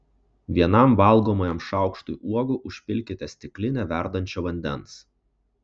vienam valgomajam šaukštui uogų užpilkite stiklinę verdančio vandens